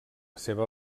seva